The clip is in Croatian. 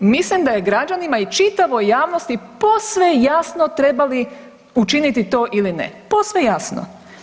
Mislim da je gađanima i čitavoj javnosti posve jasno treba li učiniti to ili ne, posve jasno.